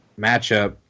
matchup